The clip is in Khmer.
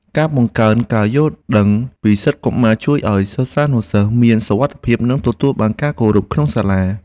ការបង្កើនការយល់ដឹងពីសិទ្ធិកុមារជួយឱ្យសិស្សានុសិស្សមានសុវត្ថិភាពនិងទទួលបានការគោរពក្នុងសាលា។